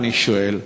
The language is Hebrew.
אני שואל.